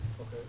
Okay